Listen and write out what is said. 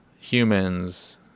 humans